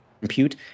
Compute